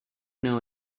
know